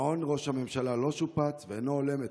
מעון ראש הממשלה לא שופץ ואינו הולם את